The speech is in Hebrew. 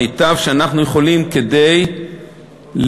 המיטב שאנחנו יכולים כדי להיטיב.